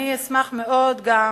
אני אשמח מאוד גם,